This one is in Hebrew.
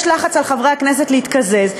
יש לחץ על חברי הכנסת להתקזז.